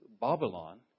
Babylon